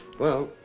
well,